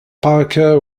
parker